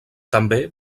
també